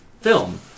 film